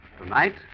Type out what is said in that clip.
Tonight